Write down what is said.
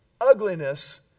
ugliness